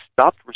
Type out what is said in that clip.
stopped